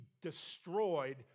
destroyed